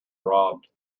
robbed